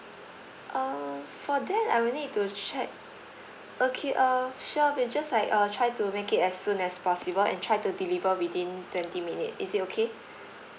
err for that I will need to check okay uh sure we just like uh try to make it as soon as possible and try to deliver within twenty minute is it okay